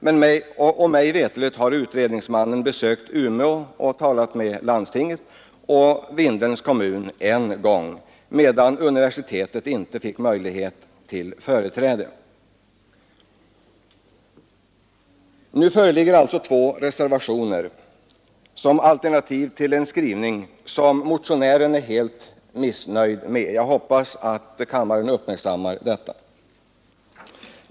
Mig veterligen har utredningsmannen besökt Umeå och talat med representanter för landstinget och Vindelns kommun en gång, medan representanter för universitetet inte fick företräde. Nu föreligger alltså två reservationer som alternativ till en utskottsskrivning som motionären är helt missnöjd med. Jag hoppas att kammaren uppmärksammar detta.